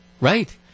right